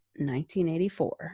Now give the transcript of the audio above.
1984